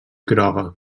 groga